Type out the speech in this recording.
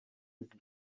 izi